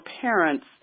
parents